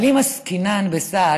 אבל אם עסקינן בסעד,